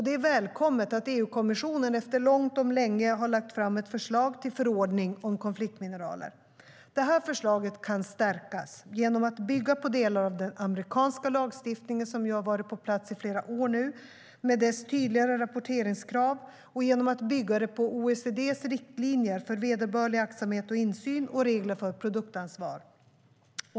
Det är välkommet att EU-kommissionen efter långt om länge har lagt fram ett förslag till en förordning om konfliktmineraler. Förslaget kan stärkas genom att bygga på delar av den amerikanska lagstiftningen som ju har varit på plats i flera år med dess tydligare rapporteringskrav och genom att bygga det på OECD:s riktlinjer för vederbörlig aktsamhet och insyn samt regler för produktansvar.